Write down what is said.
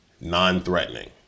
non-threatening